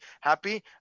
happy